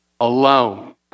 alone